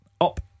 up